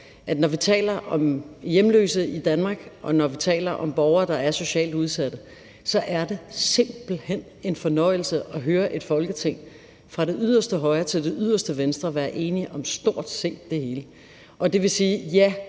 når vi taler om hjemløse i Danmark, og når vi taler om borgere, der er socialt udsatte, så er det simpelt hen en fornøjelse at høre et Folketing fra det yderste højre til det yderste venstre være enige om stort set det hele. Og det vil sige,